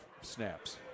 snaps